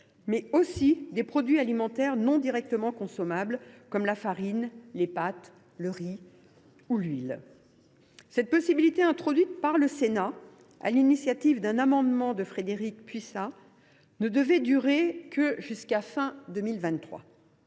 mais aussi des produits alimentaires non directement consommables, comme la farine, les pâtes, le riz ou l’huile. Cette possibilité, introduite au Sénat par le biais d’un amendement déposé par Frédérique Puissat, ne devait durer que jusqu’à la fin 2023.